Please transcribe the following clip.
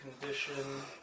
condition